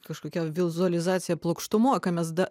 kažkokia vizualizacija plokštumoj ką mes da